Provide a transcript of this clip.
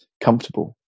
comfortable